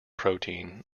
protein